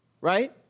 right